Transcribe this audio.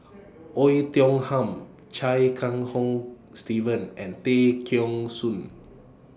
Oei Tiong Ham Chia Kiah Hong Steve and Tay Kheng Soon